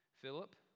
Philip